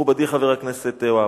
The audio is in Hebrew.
מכובדי חבר הכנסת והבה,